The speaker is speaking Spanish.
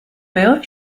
peor